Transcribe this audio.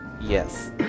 Yes